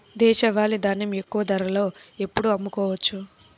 దేశవాలి ధాన్యం ఎక్కువ ధరలో ఎప్పుడు అమ్ముకోవచ్చు?